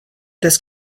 this